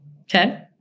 Okay